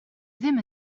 ddim